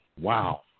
Wow